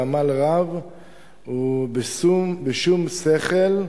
בעמל רב ובשום שכל,